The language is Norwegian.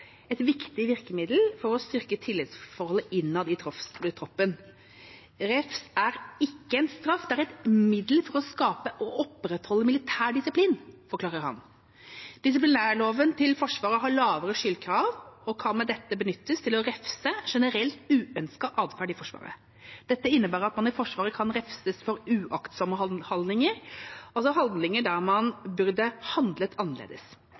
et viktig virkemiddel for å styrke tillitsforholdet innad i troppen. «Refs er ikke en straff, men et middel for å skape og opprettholde militær disiplin,» forklarer han. Disiplinærloven til Forsvaret har lavere skyldkrav og kan med dette benyttes til å refse generelt uønsket atferd i Forsvaret. Dette innebærer at man i Forsvaret kan refses for uaktsomme handlinger, altså handlinger der man burde handlet annerledes.